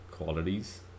qualities